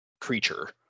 creature